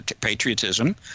patriotism